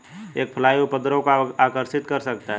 एक फ्लाई उपद्रव को आकर्षित कर सकता है?